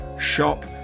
shop